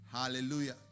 Hallelujah